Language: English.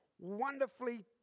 wonderfully